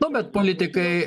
nu bet politikai